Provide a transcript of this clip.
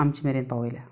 आमचे मेरेन पावयल्या